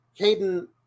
Caden